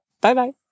Bye-bye